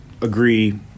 agree